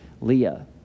Leah